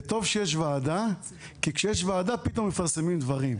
וטוב שיש ועדה כי כשיש ועדה אז פתאום מפרסמים דברים.